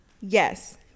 Yes